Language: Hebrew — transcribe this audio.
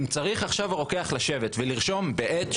הרוקח צריך עכשיו לשבת ולרשום בעט,